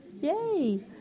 yay